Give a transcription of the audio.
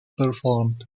performed